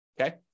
okay